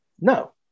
No